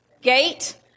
gate